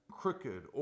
crooked